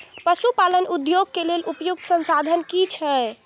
पशु पालन उद्योग के लेल उपयुक्त संसाधन की छै?